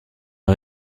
une